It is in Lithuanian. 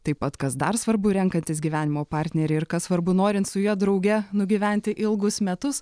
taip pat kas dar svarbu renkantis gyvenimo partnerį ir kas svarbu norint su juo drauge nugyventi ilgus metus